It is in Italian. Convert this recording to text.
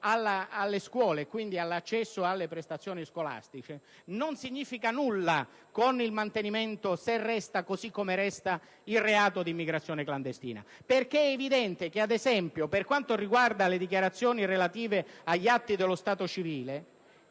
alle scuole, quindi all'accesso alle prestazioni scolastiche, non significa nulla, considerato il mantenimento - se resta così, come rimarrà - del reato di immigrazione clandestina. Infatti è evidente che - ad esempio, per quanto riguarda le dichiarazioni relative agli atti dello stato civile